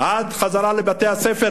עד החזרה לבתי-הספר,